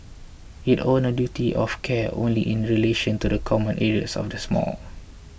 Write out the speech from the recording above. it owned a duty of care only in relation to the common areas of this mall